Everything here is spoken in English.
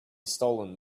stolen